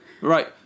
Right